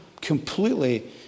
completely